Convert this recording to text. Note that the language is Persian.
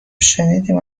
شنیدیم